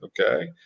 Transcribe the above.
okay